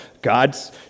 God's